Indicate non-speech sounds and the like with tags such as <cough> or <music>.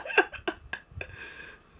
<laughs>